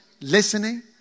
listening